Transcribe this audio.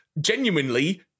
genuinely